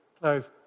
close